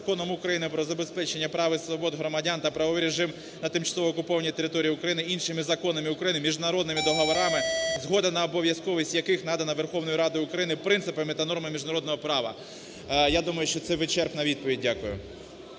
Законом України "Про забезпечення прав і свобод громадян та правовий режим на тимчасово окупованій території України", іншими законами України, міжнародними договорами, згода на обов'язковість яких надана Верховною Радою України, принципами та нормами міжнародного права". Я думаю, що це вичерпна відповідь. Дякую.